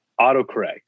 autocorrect